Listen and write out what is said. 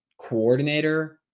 coordinator